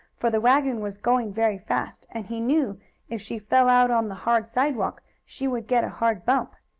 for the wagon was going very fast, and he knew if she fell out on the hard sidewalk she would get a hard bump.